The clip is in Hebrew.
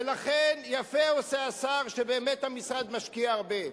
ולכן יפה עושה השר שבאמת המשרד משקיע הרבה.